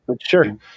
Sure